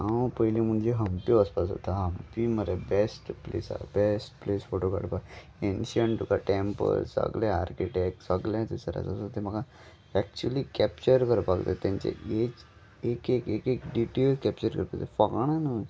हांव पयलीं म्हणजे हंपी वचपाक सोदता हंपी मरे best place best place photo काडपाक एशयंट तुका टॅम्पल्स सगळे आर्किटेक्ट सगलें थंयसर आसा सो तें म्हाका एक्च्युली कॅप्चर करपाक जाय तेंचे एज एक एक एक डिटेल्स कॅप्चर करपाक जाय फकाणा न्हूय